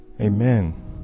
Amen